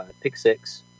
pick-six